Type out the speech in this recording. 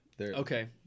Okay